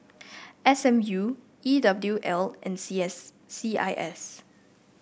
S M U E W L and C S C I S